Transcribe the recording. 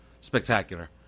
spectacular